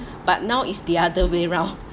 but now is the other way round